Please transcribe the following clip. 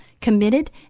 committed